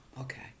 okay